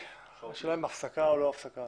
אנחנו מחכים גם לתשובות משרד המשפטים לגבי הנושא